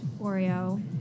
Oreo